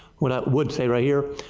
when i would say right here,